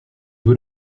veut